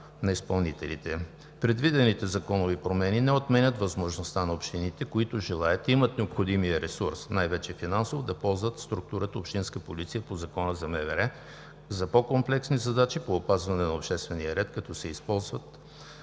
на изпълнителите. Предвидените законови промени не отменят възможността на общините, които желаят и имат необходимия ресурс – най-вече финансов, да ползват структурата „Общинска полиция“ по Закона за Министерството на вътрешните работи, за по-комплексни задачи по опазване на обществения ред, като се използват